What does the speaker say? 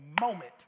moment